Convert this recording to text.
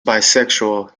bisexual